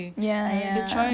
ya ya